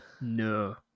No